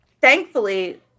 Thankfully